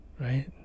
Right